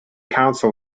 council